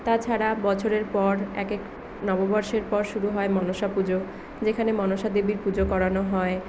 তাছাড়া বছরের পর এক এক নববর্ষের পর শুরু হয় মনসা পুজো যেখানে মনসা দেবীর পুজো করানো হয়